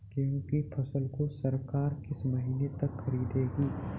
गेहूँ की फसल को सरकार किस महीने तक खरीदेगी?